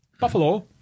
Buffalo